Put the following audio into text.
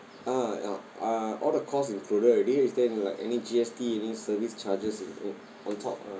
ah uh are all the cost included already is there any like any G_S_T any service charges on top or